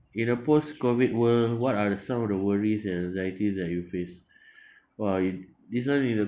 in a post COVID world what are the some of the worries and anxieties that you face !wah! it this one in a